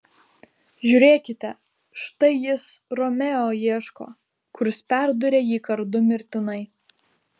žiūrėkite štai jis romeo ieško kurs perdūrė jį kardu mirtinai